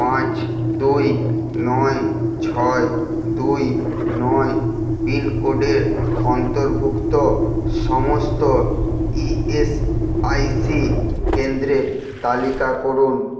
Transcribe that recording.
পাঁচ দুই নয় ছয় দুই নয় পিনকোডের অন্তর্ভুক্ত সমস্ত ইএসআইসি কেন্দ্রের তালিকা করুন